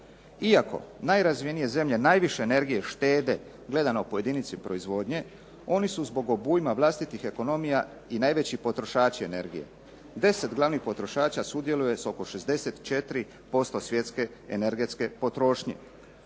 Iako najrazvijenije zemlje najviše energije štede gledano po jedinici proizvodnje oni su zbog obujma vlastitih ekonomija i najveći potrošači energije. 10 glavnih potrošača sudjeluje sa oko 64% svjetske energetske potrošnje.